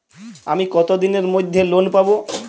আমি কতদিনের মধ্যে লোন পাব?